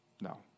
No